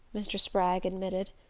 mr. spragg admitted.